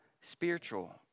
spiritual